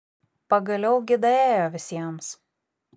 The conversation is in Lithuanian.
pagaliau gi daėjo visiems